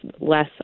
less